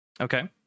Okay